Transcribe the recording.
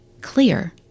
clear